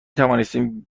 توانستیم